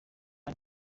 ndi